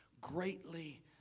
greatly